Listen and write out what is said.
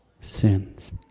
sins